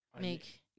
Make